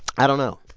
i don't know.